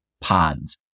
pods